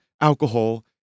alcohol